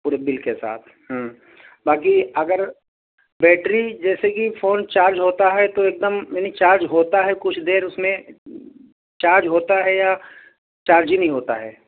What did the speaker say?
پورے بل کے ساتھ ہوں باقی اگر بیٹری جیسے کہ فون چارج ہوتا ہے تو ایک دم یعنی چارج ہوتا ہے کچھ دیر اس میں چارج ہوتا ہے یا چارج ہی نہیں ہوتا ہے